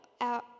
out